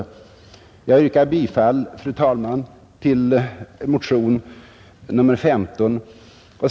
Jag yrkar bifall, fru talman, till motionen 15.